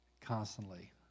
constantly